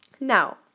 Now